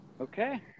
Okay